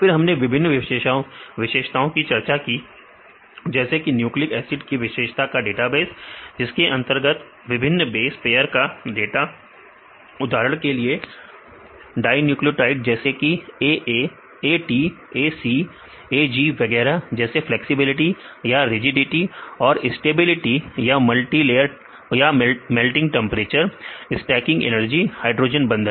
फिर हमने विभिन्न विशेषताओं की चर्चा की जैसे कि न्यूक्लिक एसिड के विशेषता का डेटाबेस जिसके अंतर्गत विभिन्न बेस पेयर का डाटा उदाहरण के लिए डाईन्यूक्लियोटाइड जैसे कि AA AT AC AG वगैरह जैसे फ्लैक्सिबिलिटी या रिजेडिटी और स्टेबिलिटी या melting temperature stacking energy hydrogen बंधन